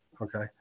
Okay